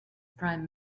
prime